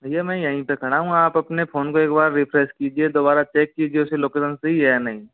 भैया मैं यहीं पे खड़ा हूँ आप अपने फ़ोन को एक बार रिफ़्रेश कीजिए दोबारा चेक कीजिए उसकी लोकेशन सही है या नहीं